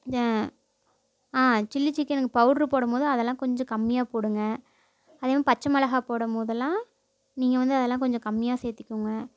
ஆ chilli சிக்கனுக்கு powder போடும்போது அதெல்லாம் கொஞ்சம் கம்மியாக போடுங்க அதுலையும் பச்சை மெளகாய் போடும்போதெல்லாம் நீங்கள் வந்து அதெல்லாம் கொஞ்சம் கம்மியாக சேர்திக்கோங்க